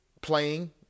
playing